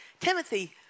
Timothy